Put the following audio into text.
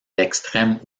l’extrême